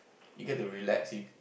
you get to relax